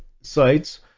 sites